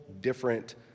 different